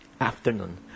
afternoon